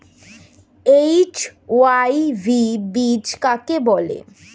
HYV বীজ কাকে বলে?